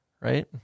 right